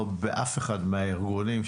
באף אחד מהארגונים.